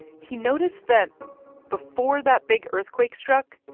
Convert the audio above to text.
he noticed that before that big earthquake struck,